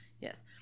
Yes